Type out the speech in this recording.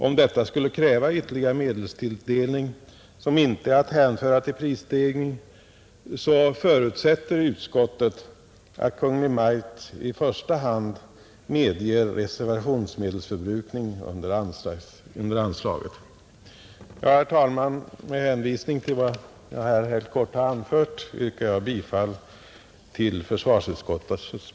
Om detta skulle kräva ytterligare medelstilldelning, som inte är att hänföra till prisstegring, förutsätter utskottet att Kungl. Maj:t i första hand medger reservationsmedelsförbrukning under anslaget. Herr talman! Med hänvisning till vad jag här helt kort har anfört yrkar jag bifall till försvarsutskottets hemställan.